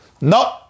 no